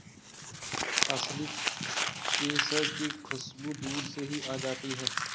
असली केसर की खुशबू दूर से ही आ जाती है